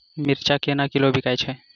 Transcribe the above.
मिर्चा केना किलो बिकइ छैय?